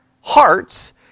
hearts